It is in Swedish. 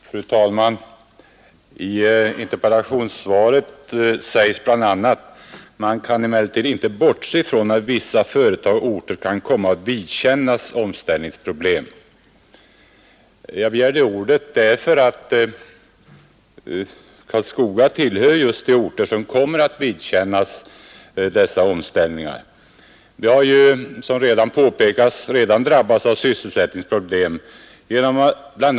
Fru talman! I interpellationssvaret sägs bl.a.: ”Man kan emellertid inte bortse ifrån att vissa företag och orter kan komma att vidkännas omställningsproblem.” Jag begärde ordet för att tala om att Karlskoga tillhör just de orter som kommer att vidkännas omställningsproblem. Som påpekats har man redan drabbats av sysselsättningsproblem. BI.